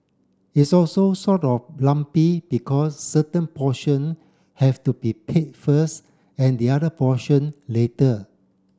it's also sort of lumpy because certain portion have to be paid first and the other portion later